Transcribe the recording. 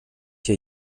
hier